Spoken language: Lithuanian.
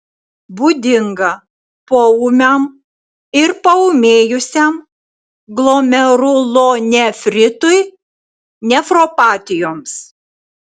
būdinga poūmiam ir paūmėjusiam glomerulonefritui nefropatijoms